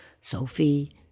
Sophie